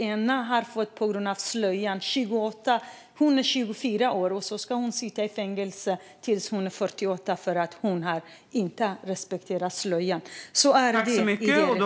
En är 24 år och ska sitta i fängelse tills hon är 48 för att hon inte har respekterat påbudet om slöja. Så är det under den regimen.